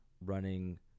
running